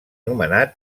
nomenat